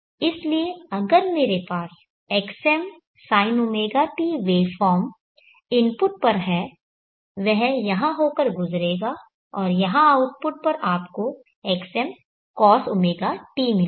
इसलिए अगर मेरे पास xm sinωt वेवफॉर्म इनपुट पर है वह यहां होकर गुजरेगा और यहां आउटपुट पर आपको xmcosωt मिलेगा